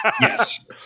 Yes